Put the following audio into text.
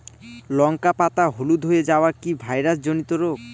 লঙ্কা পাতা হলুদ হয়ে যাওয়া কি ভাইরাস জনিত রোগ?